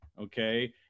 Okay